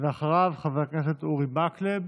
ואחריו, חבר הכנסת אורי מקלב,